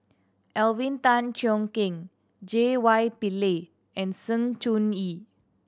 Alvin Tan Cheong Kheng J Y Pillay and Sng Choon Yee